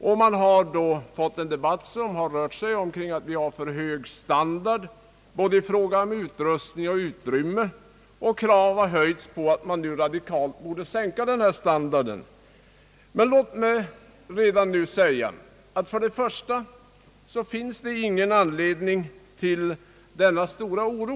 En debatt har då uppstått som rört sig kring att vi har en för hög standard i fråga om både utrustning och utrymme. Krav har höjts på att vi radikalt borde sänka denna standard. Låt mig redan nu få säga, att det för det första inte finns någon anledning till denna stora oro.